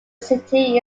city